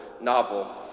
novel